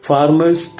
Farmers